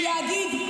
אין לך ילד שם.